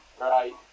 Right